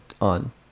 on